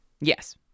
Yes